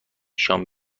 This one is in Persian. شام